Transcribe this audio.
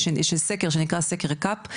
שנקרא 'סקר קאפ',